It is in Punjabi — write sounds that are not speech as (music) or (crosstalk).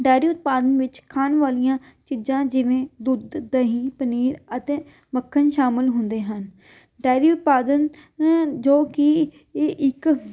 ਡਾਇਰੀ ਉਤਪਾਦਨ ਵਿੱਚ ਖਾਣ ਵਾਲੀਆਂ ਚੀਜ਼ਾਂ ਜਿਵੇਂ ਦੁੱਧ ਦਹੀਂ ਪਨੀਰ ਅਤੇ ਮੱਖਣ ਸ਼ਾਮਿਲ ਹੁੰਦੇ ਹਨ ਡਾਇਰੀ ਉਤਪਾਦਨ (unintelligible) ਜੋ ਕਿ ਈ ਇੱਕ